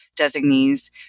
designees